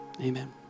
Amen